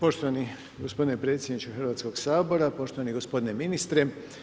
Poštovani gospodine predsjedniče Hrvatskog sabora, poštovani gospodine ministre.